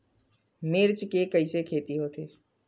मिर्च के कइसे खेती होथे?